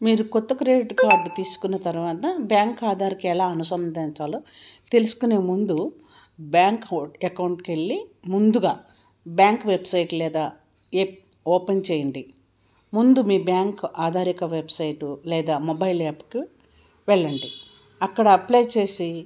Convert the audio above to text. మీరు కొత్త credit card తీసుకున్న తర్వాత బ్యాంక్ ఆధార్కి ఎలా అనుసంధించాలో తెలుసుకునే ముందు బ్యాంక్ అకౌంట్కి వెళ్లి ముందుగా బ్యాంక్ వెబ్సైట్ లేదా ఏప్ ఓపెన్ చేయండి ముందు మీ బ్యాంక్ ఆధారత వెబ్సైటు లేదా మొబైల్ యాప్కు వెళ్ళండి అక్కడ అప్లై చేసి